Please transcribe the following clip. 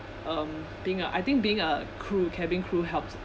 um being a I think being a crew cabin crew helps